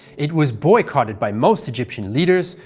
it was boycotted by most egyptian leaders,